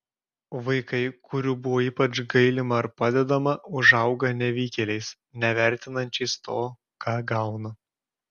vaikai kurių buvo ypač gailima ar padedama užauga nevykėliais nevertinančiais to ką gauna